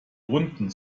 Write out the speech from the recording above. runden